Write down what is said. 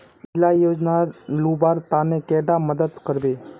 इला योजनार लुबार तने कैडा मदद करबे?